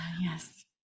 Yes